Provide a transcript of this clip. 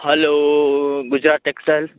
hello Gujarat ટેક્સલ